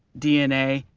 dna,